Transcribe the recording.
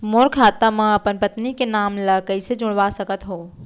मोर खाता म अपन पत्नी के नाम ल कैसे जुड़वा सकत हो?